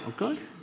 Okay